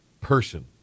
person